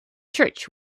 church